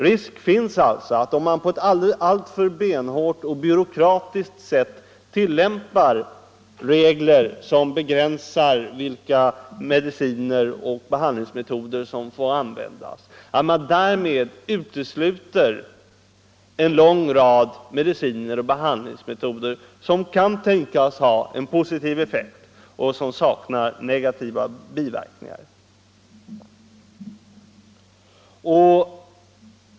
Risk finns alltså att man, om man på ett alltför benhårt och byråkratiskt sätt tillämpar regler som begränsar vilka mediciner och behandlingsmetoder som får användas, därmed utesluter en lång rad mediciner och behandlingsmetoder som kan tänkas ha en positiv effekt och som saknar negativa biverkningar.